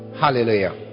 Hallelujah